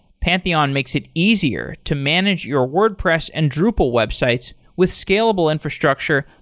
pantheon makes it easier to manage your wordpress and drupal websites with scalable infrastructure,